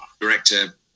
director